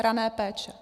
Rané péče.